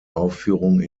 aufführung